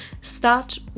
start